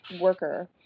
worker